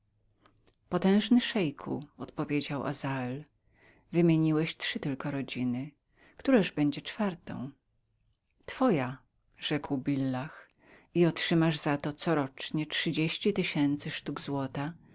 potężny szeiku odpowiedział azel wymieniłeś trzy tylko rodzin któraż będzie czwartą twoja rzekł billah i otrzymasz za to corocznie trzydzieści tysięcy sztuk złota